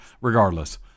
Regardless